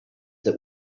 that